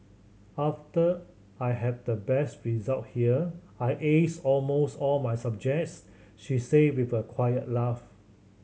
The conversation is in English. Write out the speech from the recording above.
after I had the best result here I aced almost all my subjects she say with a quiet laugh